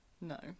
No